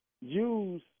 use